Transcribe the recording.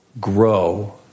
grow